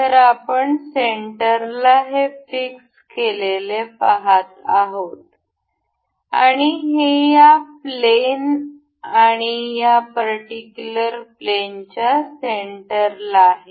तर आपण सेंटरला हे फिक्स केलेले पाहत आहोत आणि हे या प्लेन आणि या पर्टिक्युलर प्लेनच्या सेंटरला आहे